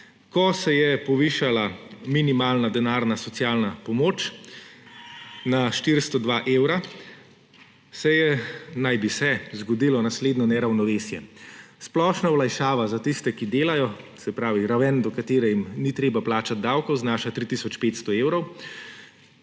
ko se je povišala minimalna denarna socialna pomoč na 402 evra, naj bi se, zgodilo naslednje neravnovesje. Splošna olajšava za tiste, ki delajo, se pravi raven, do katere jim ni treba plačat davkov, znaša 3 tisoč